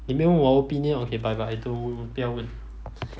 你没有问我 opinion okay bye bye don't 不要问